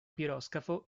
piroscafo